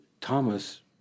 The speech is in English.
Thomas